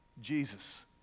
Jesus